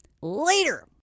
later